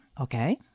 okay